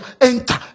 Enter